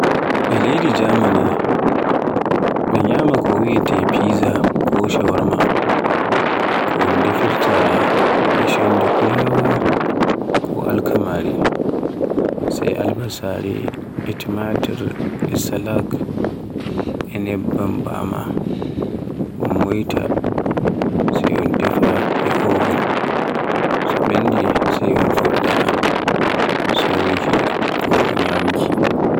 E leydi Germany be ñyama ko wiyeete Pizza ko shawarma ko un defirta e chondi fulaawa ko alkamaari, sey albasare, e tumatur, e salak, e nebban un moyta sey un defa e oven to ɓendi, sey un fuɗɗa soruki ko ñyamki.